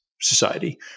society